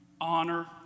honor